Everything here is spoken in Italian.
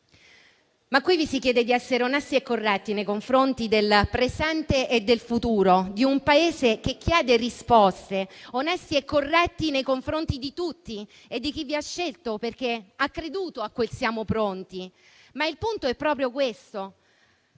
ma qui vi si chiede di essere onesti e corretti nei confronti del presente e del futuro di un Paese che chiede risposte; onesti e corretti nei confronti di tutti e di chi vi ha scelto perché ha creduto a quel «siamo pronti». Il punto però è proprio questo.